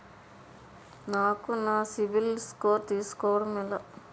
నాకు నా సిబిల్ స్కోర్ తెలుసుకోవడం ఎలా?